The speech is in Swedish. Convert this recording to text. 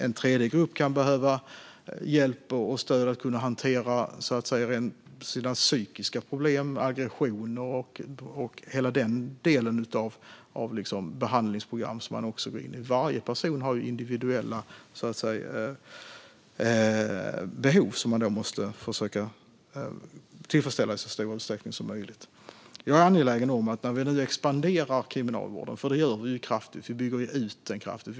En tredje grupp kan behöva behandlingsprogram för hjälp och stöd för att kunna hantera sina psykiska problem, aggressioner och så vidare. Varje person har individuella behov som man i så stor utsträckning som möjligt måste försöka tillfredsställa. Vi expanderar och bygger nu ut kriminalvården kraftigt.